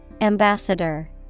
Ambassador